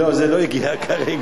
זה לא הגיע כרגע.